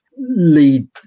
lead